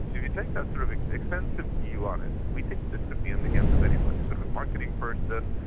so you think that's sort of extensive view on it we think this could be in the hands of anybody, sort of a marketing person,